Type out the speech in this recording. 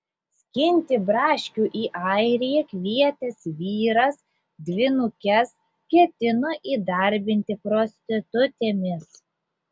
skinti braškių į airiją kvietęs vyras dvynukes ketino įdarbinti prostitutėmis